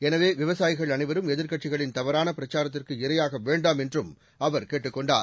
எனவே விவசாயிகள் அனைவரும் எதிர்க்கட்சிகளின் தவறான பிரச்சாரத்திற்கு இரையாக வேண்டாம் என்றும் அவர் கேட்டுக் கொண்டார்